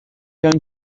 going